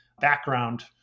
background